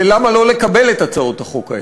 למה לא לקבל את הצעות החוק האלה.